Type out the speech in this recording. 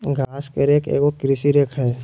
घास के रेक एगो कृषि रेक हइ